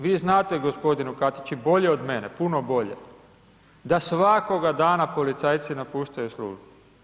Vi znate g. Katiću bolje od mene, puno bolje da svakoga dana policajci napuštaju službu.